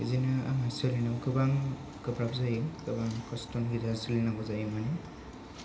बिदिनो आंहा सोलिनायाव गोबां गोब्राब जायो गोबां खस्त'नि गेजेराव सोलिनांगौ जायो माने